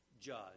Judge